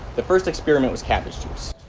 the first experiment was cabbage juice.